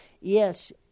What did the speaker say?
Yes